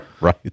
Right